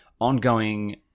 ongoing